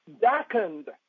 darkened